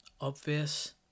obvious